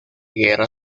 guerra